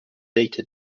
data